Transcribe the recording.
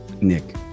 Nick